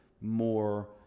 more